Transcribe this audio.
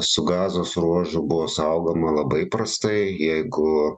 su gazos ruožu buvo saugoma labai prastai jeigu